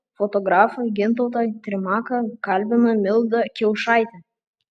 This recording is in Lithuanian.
fotografą gintautą trimaką kalbina milda kiaušaitė